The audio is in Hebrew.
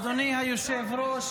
אדוני היושב-ראש,